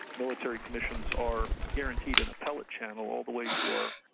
military commissions are guaranteed an appellate channel all the way to our